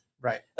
Right